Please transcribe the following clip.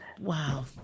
wow